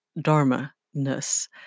Dharma-ness